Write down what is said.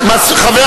באופוזיציה.